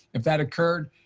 if that occurred,